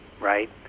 right